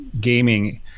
gaming